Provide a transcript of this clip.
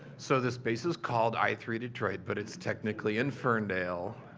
so the space is called i three detroit, but it's technically in ferndale.